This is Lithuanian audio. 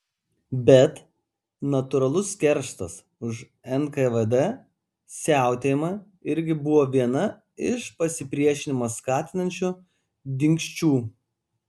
bet natūralus kerštas už nkvd siautėjimą irgi buvo viena iš pasipriešinimą skatinančių dingsčių